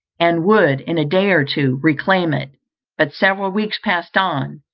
and would, in a day or two, reclaim it but several weeks passed on,